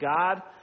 God